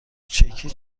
چکی